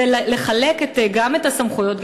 ולחלק גם את הסמכויות,